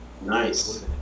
Nice